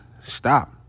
Stop